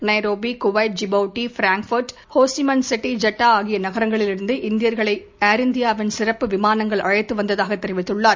Nairobi Kuwait Djibouti Frankfurt Ho Chi Minh City ஜெட்டாஆகியநகரங்களில் இருந்து இவர்களைஏர் இந்தியாவின் சிறப்பு விமானங்கள் அழைத்துவந்ததாகதெரிவித்துள்ளார்